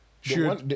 sure